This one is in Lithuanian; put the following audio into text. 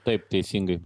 taip teisingai